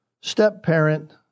step-parent